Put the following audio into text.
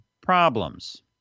problems